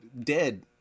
Dead